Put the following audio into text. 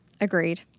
agreed